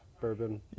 bourbon